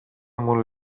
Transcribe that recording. μου